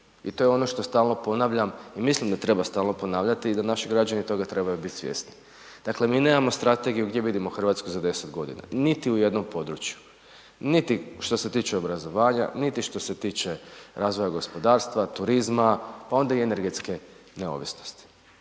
i to je ono što stalno ponavljam i mislim da treba stalno ponavljati, da naši građani toga trebaju bit svjesni. Dakle mi nemamo strategiju gdje vidimo Hrvatsku za 10 g. niti u jednom području, niti što se tiče obrazovanja, niti što se tiče razvoja gospodarstva, turizma pa onda i energetske neovisnosti.